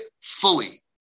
fully